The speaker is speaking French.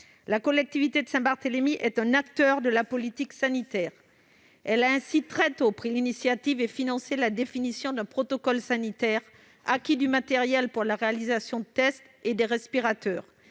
La collectivité de Saint-Barthélemy est un acteur de la politique sanitaire. Elle a ainsi très tôt pris l'initiative et financé la définition d'un protocole sanitaire, acquis du matériel pour la réalisation de tests et des respirateurs.